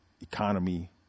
economy